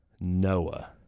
Noah